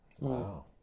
Wow